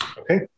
Okay